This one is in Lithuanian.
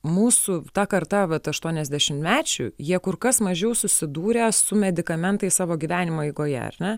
mūsų ta karta vat aštuoniasdešimtmečių jie kur kas mažiau susidūrę su medikamentais savo gyvenimo eigoje ar ne